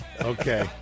Okay